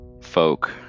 folk